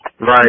Right